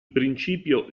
principio